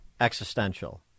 Existential